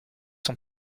son